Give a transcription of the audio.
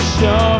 show